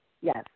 Yes